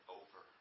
over